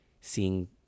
seeing